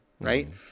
right